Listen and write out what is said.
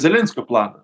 zelenskio planą